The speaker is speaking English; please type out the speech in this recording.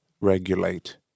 Regulate